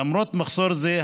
למרות מחסור זה,